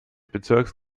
bezirks